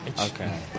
Okay